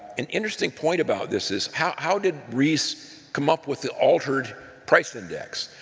an interesting point about this is how how did reese come up with the altered price index?